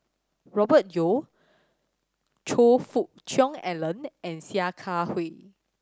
Robert Yeo Choe Fook Cheong Alan and Sia Kah Hui